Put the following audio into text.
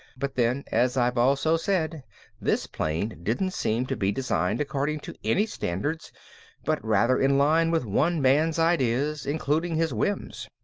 but then as i've also said this plane didn't seem to be designed according to any standards but rather in line with one man's ideas, including his whims.